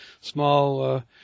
small